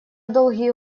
долгие